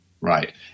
right